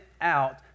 out